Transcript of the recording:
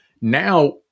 Now